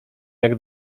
jak